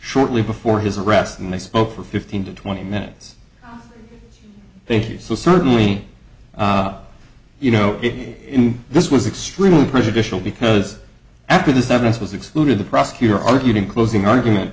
shortly before his arrest and they spoke for fifteen to twenty minutes they say so certainly you know if this was extremely prejudicial because after this evidence was excluded the prosecutor argued in closing argument